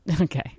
Okay